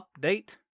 update